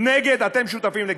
נגד, אתם שותפים לגזענות.